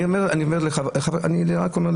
אני רק אומר לחברת